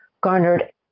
garnered